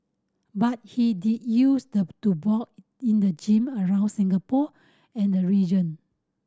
but he did used to box in the gym around Singapore and the region